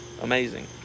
amazing